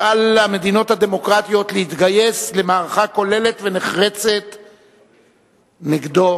שעל המדינות הדמוקרטיות להתגייס למערכה כוללת ונחרצת נגדו,